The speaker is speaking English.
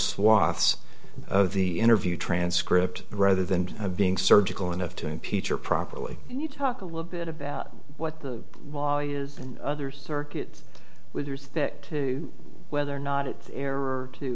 swaths of the interview transcript rather than being surgical enough to impeach her properly and you talk a little bit about what the law is and other circuits with that whether or not it's error to